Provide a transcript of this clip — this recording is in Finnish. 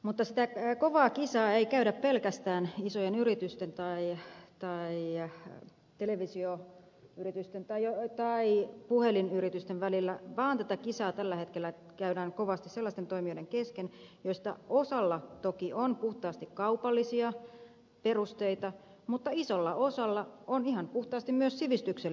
mutta sitä kovaa kisaa ei käydä pelkästään isojen yritysten tai televisioyritysten tai puhelinyritysten välillä vaan tätä kisaa tällä hetkellä käydään kovasti sellaisten toimijoiden kesken joista osalla toki on puhtaasti kaupallisia perusteita mutta isolla osalla on ihan puhtaasti myös sivistyksellinen tehtävä